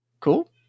Cool